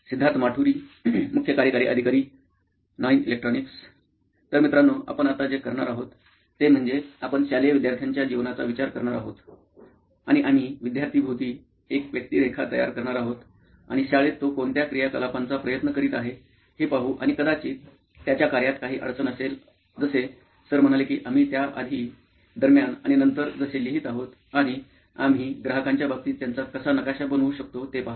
सिद्धार्थ माटुरी मुख्य कार्यकारी अधिकारी नॉइन इलेक्ट्रॉनिक्स तर मित्रांनो आपण आता जे करणार आहोत ते म्हणजे आपण शालेय विद्यार्थ्यांच्या जीवनाचा विचार करणार आहोत आणि आम्ही विद्यार्थ्या भोवती एक व्यक्तिरेखा तयार करणार आहोत आणि शाळेत तो कोणत्या क्रियाकलापांचा प्रयत्न करीत आहे हे पाहू आणि कदाचित त्याच्या कार्यात काही अडचण असेल जसे सर म्हणाले की आम्ही त्या आधी दरम्यान आणि नंतर जसे लिहित आहोत आणि आम्ही ग्राहकांच्या बाबतीत त्यांचा कसा नकाशा बनवू शकतो ते पहा